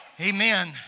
Amen